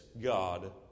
God